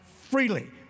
freely